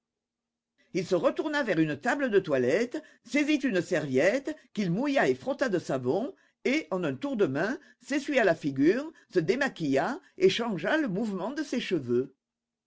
il se retourna vers une table de toilette saisit une serviette qu'il mouilla et frotta de savon et en un tour de main s'essuya la figure se démaquilla et changea le mouvement de ses cheveux